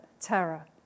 terror